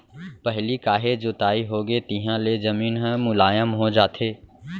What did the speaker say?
पहिली काहे जोताई होगे तिहाँ ले जमीन ह मुलायम हो जाथे